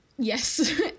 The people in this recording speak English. Yes